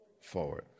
Forward